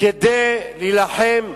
כדי להילחם,